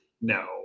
No